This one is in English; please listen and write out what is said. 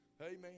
Amen